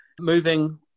moving